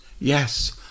Yes